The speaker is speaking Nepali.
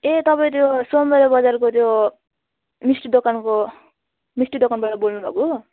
ए तपाईँ त्यो सोमबारे बजारको त्यो मिस्टी दोकानको मिस्टी दोकानबाट बोल्नु भएको हो